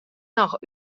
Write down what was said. noch